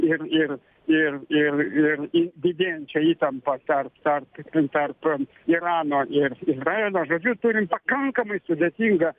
ir ir ir ir ir į didėjančią įtampą tarp tarp tarp irano ir izraelio žodžiu turim pakankamai sudėtingą